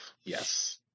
Yes